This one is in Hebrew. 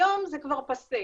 היום זה כבר פאסה,